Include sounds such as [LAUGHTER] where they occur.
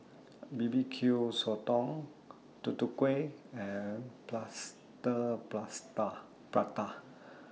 B B Q Sotong Tutu Kueh and Plaster [UNINTELLIGIBLE] Prata